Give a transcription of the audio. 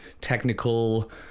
technical